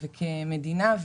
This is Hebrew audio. כמדינה.